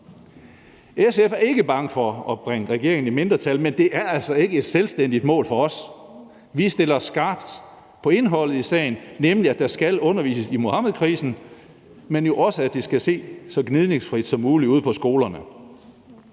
SF er ikke bange for at bringe regeringen i mindretal, men det er altså ikke et selvstændigt mål for os, for vi stiller skarpt på indholdet i sagen, nemlig at der skal undervises i Muhammedkrisen, men også at det skal ske så gnidningsfrit som muligt ude på skolerne.